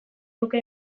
nuke